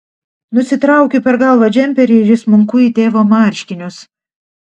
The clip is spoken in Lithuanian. nusitraukiu per galvą džemperį ir įsmunku į tėvo marškinius